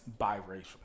biracial